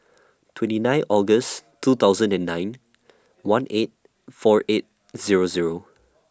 twenty nine August two thousand and nine one eight four eight Zero Zero